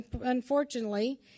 unfortunately